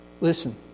Listen